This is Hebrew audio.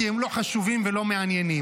כי הם לא חשובים ולא מעניינים,